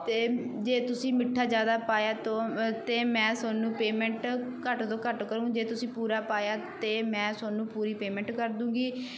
ਅਤੇ ਜੇ ਤੁਸੀਂ ਮਿੱਠਾ ਜ਼ਿਆਦਾ ਪਾਇਆ ਤਾਂ ਅਤੇ ਮੈਂ ਤੁਹਾਨੂੰ ਪੇਮੈਂਟ ਘੱਟ ਤੋਂ ਘੱਟ ਕਰੂ ਜੇ ਤੁਸੀਂ ਪੂਰਾ ਪਾਇਆ ਤਾਂ ਮੈਂ ਤੁਹਾਨੂੰ ਪੂਰੀ ਪੇਮੈਂਟ ਕਰ ਦਊਗੀ